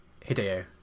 Hideo